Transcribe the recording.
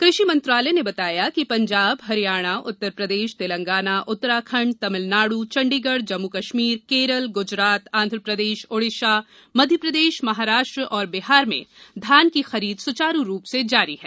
कृषि मंत्रालय ने बताया कि पंजाब हरियाणा उत्तर प्रदेश तेलगाना उत्तराखंड तमिलनाडु चंडीगढ़ जम्मू कश्मीर केरल गुजरात आंध्यप्रदेश ओडिसा मध्यप्रदेश महाराष्ट्र और बिहार में धान की खरीद सुचारू रूप से जारी है